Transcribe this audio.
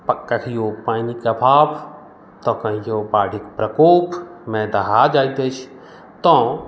कहियो पानिक अभाव तऽ कहियो बाढ़िक प्रकोपमे दहा जाइत अछि तऽ